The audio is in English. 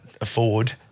afford